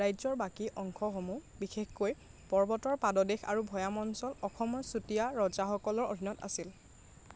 ৰাজ্যৰ বাকী অংশসমূহ বিশেষকৈ পৰ্বতৰ পাদদেশ আৰু ভৈয়াম অঞ্চল অসমৰ চুতীয়া ৰজাসকলৰ অধীনত আছিল